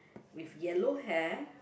with yellow hair